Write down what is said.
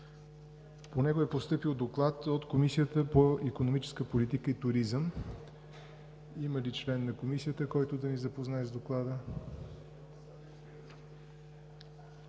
По него е постъпил Доклад от Комисията по икономическа политика и туризъм. Има ли член на Комисията, който да ни запознае с Доклада